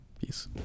Peace